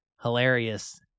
hilarious